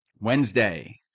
Wednesday